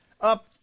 up